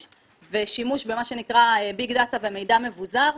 ושימוש במה שנקרא ביג דאטה ומידע מבוזר,